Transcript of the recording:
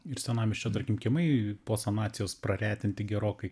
ir senamiesčio tarkim kiemai po sonacijos praretinti gerokai